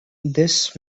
this